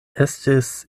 estis